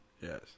Yes